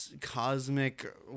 Cosmic